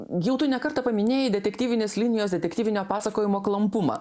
jau tu ne kartą paminėjai detektyvinės linijos detektyvinio pasakojimo klampumą